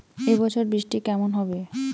এবছর বৃষ্টি কেমন হবে?